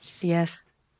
Yes